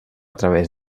través